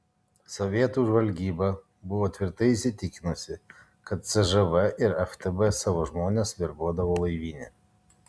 sovietų žvalgyba buvo tvirtai įsitikinusi kad cžv ir ftb savo žmones verbuodavo laivyne